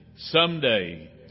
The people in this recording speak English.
Someday